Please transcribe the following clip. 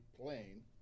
plane